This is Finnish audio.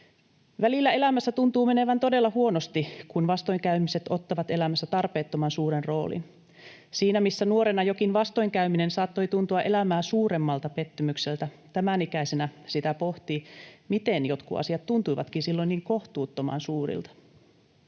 Välillä elämässä tuntuu menevän todella huonosti, kun vastoinkäymiset ottavat elämässä tarpeettoman suuren roolin. Siinä missä nuorena jokin vastoinkäyminen saattoi tuntua elämää suuremmalta pettymykseltä, tämän ikäisenä sitä pohtii, miten jotkut asiat tuntuivatkin silloin niin kohtuuttoman suurilta.